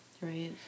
Right